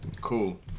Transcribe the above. Cool